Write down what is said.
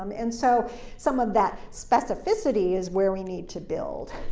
um and so some of that specificity is where we need to build.